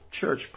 church